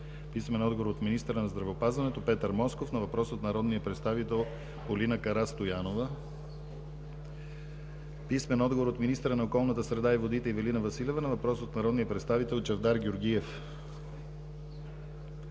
писмен отговор от министъра на здравеопазването Петър Москов на въпрос от народния представител Полина Карастоянова; - писмен отговор от министъра на околната среда и водите Ивелина Василева на въпрос от народния представител Чавдар Георгиев;